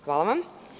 Hvala vam.